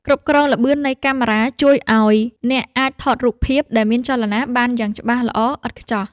គ្រប់គ្រងល្បឿននៃកាមេរ៉ាជួយឱ្យអ្នកអាចថតរូបភាពដែលមានចលនាបានយ៉ាងច្បាស់ល្អឥតខ្ចោះ។